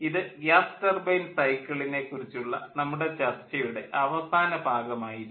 ഇത് gas turbine സൈക്കിളിനെ കുറിച്ചുള്ള നമ്മുടെ ചർച്ചയുടെ അവസാന ഭാഗമായിരുന്നു